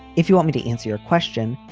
if you want me to answer your question.